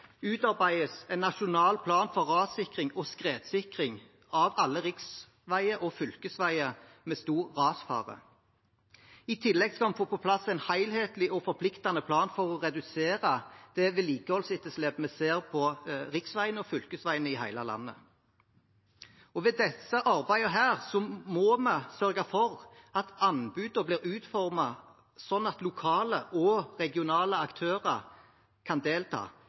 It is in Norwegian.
utarbeides en nasjonal plan for rassikring og skredsikring av alle riksveier og fylkesveier med stor rasfare. I tillegg skal en få på plass en helhetlig og forpliktende plan for å redusere det vedlikeholdsetterslepet vi ser på riksveiene og fylkesveiene i hele landet. Til disse arbeidene må vi sørge for at anbud blir utformet sånn at lokale og regionale aktører kan delta,